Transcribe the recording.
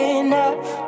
enough